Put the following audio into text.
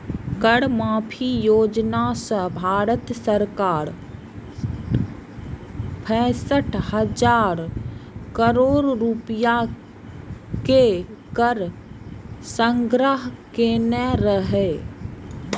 कर माफी योजना सं भारत सरकार पैंसठ हजार करोड़ रुपैया के कर संग्रह केने रहै